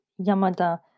Yamada